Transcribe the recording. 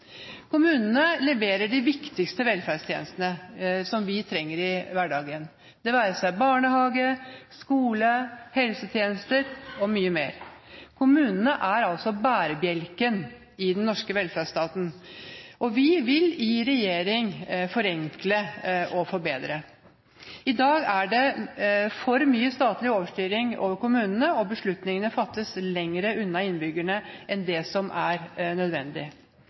Kommunene leverer de viktigste velferdstjenestene vi trenger i hverdagen, det være seg barnehage, skole, helsetjenester og mye mer. Kommunene er altså bærebjelken i den norske velferdsstaten, og vi vil i regjering forenkle og forbedre. I dag er det for mye statlig overstyring av kommunene, og beslutningene fattes lengre unna innbyggerne enn det som er nødvendig.